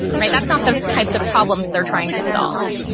right? that's not the types of problems they're trying to solve.